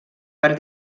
per